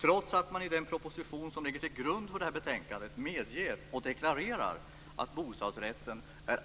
Trots att man i den proposition som ligger till grund för detta betänkande medger och deklarerar att bostadsrätten är